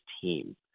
team